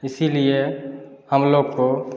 इसीलिए हम लोग को